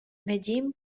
negin